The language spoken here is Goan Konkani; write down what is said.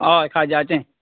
हय खाज्याचें